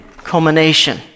culmination